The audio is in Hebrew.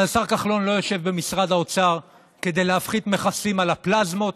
אבל השר כחלון לא יושב במשרד האוצר כדי להפחית מכסים על הפלזמות,